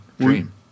Dream